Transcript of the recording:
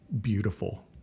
beautiful